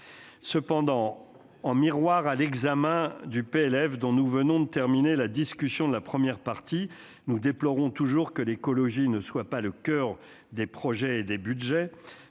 Cependant, en miroir à l'examen du PLF dont nous venons de terminer la discussion de la première partie, nous déplorons toujours que l'écologie ne soit pas le coeur des projets et des budgets.